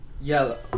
yellow